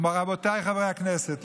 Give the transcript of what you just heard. רבותיי חברי הכנסת,